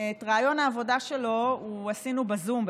את ריאיון העבודה שלו עשינו בזום,